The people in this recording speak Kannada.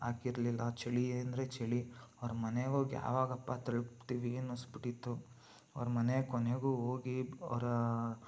ಹಾಕಿರ್ಲಿಲ್ಲ ಚಳಿ ಅಂದರೆ ಚಳಿ ಅವ್ರ ಮನೆಗೋಗಿ ಯಾವಾಗಪ್ಪಾ ತಲುಪ್ತೀವಿ ಅನಿಸಿಬಿಟ್ಟಿತ್ತು ಅವ್ರ ಮನೆಗೆ ಕೊನೆಗೂ ಹೋಗಿ ಅವರ